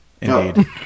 indeed